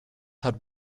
hat